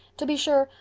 to be sure,